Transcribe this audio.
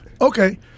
Okay